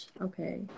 Okay